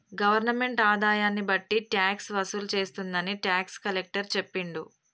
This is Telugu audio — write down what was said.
గవర్నమెంటు ఆదాయాన్ని బట్టి ట్యాక్స్ వసూలు చేస్తుందని టాక్స్ కలెక్టర్ చెప్పిండు